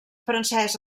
francès